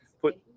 Put